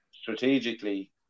strategically